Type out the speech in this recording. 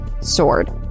sword